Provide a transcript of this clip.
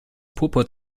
purpur